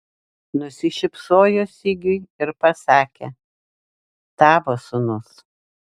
nusišypsojo sigiui ir pasakė tavo sūnus